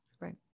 Right